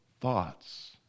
thoughts